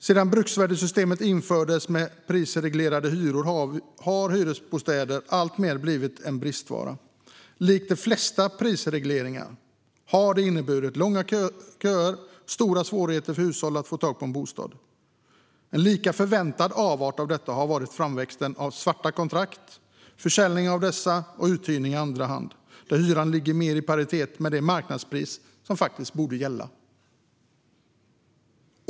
Sedan bruksvärdessystemet infördes med prisreglerade hyror har hyresbostäder alltmer blivit en bristvara. Likt de flesta prisregleringar har det inneburit långa köer och stora svårigheter för hushåll att få tag på en bostad. En lika förväntad avart av detta har varit framväxten av svarta kontrakt, försäljning av dessa och uthyrning i andra hand, med hyror mer i paritet med det marknadspris som faktiskt borde gälla.